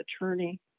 attorney